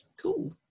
cool